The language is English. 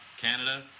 Canada